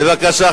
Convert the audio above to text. בבקשה,